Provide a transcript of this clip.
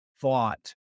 thought